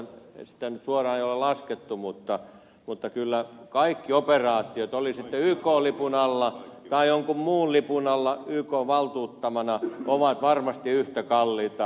sitä nyt ei suoraan ole laskettu mutta kyllä kaikki operaatiot olivat ne sitten ykn lipun alla tai jonkun muun lipun alla ykn valtuuttamana ovat varmasti yhtä kalliita